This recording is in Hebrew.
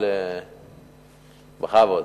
בכבוד.